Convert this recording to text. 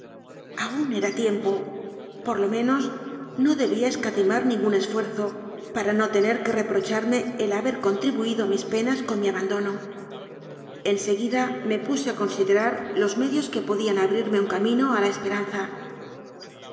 aún era tiempo por lo menos no debía escatimar ningún esfuerzo para no tener que re procharme el haber contribuido a mis penas con mi abandono en seguida me puse a considerar los medios que podían abrirme un camino a la espe